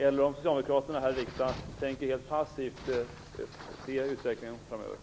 Eller tänker socialdemokraterna här i riksdagen helt passivt se på utvecklingen framöver?